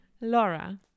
Laura